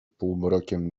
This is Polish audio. półmrokiem